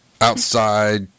outside